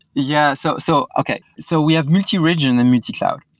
yeah. so so, okay. so we have multi-region and multi-cloud.